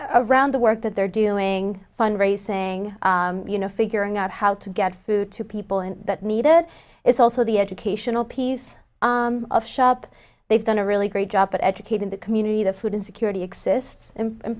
around the work that they're doing fundraising you know figuring out how to get food to people in that need it is also the educational piece of shop they've done a really great job at educating the community the food insecurity exists in